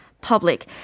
public